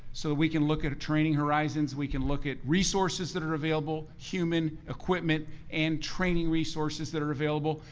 so we can look at training horizons, we can look at resources that are available, human, equipment and training resources that are available.